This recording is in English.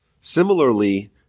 Similarly